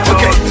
Okay